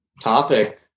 topic